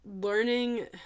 learning